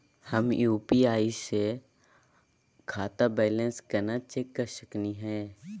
हम यू.पी.आई स खाता बैलेंस कना चेक कर सकनी हे?